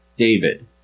David